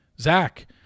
Zach